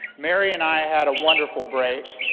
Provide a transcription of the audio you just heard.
mary and i had a wonderful break.